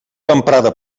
emprada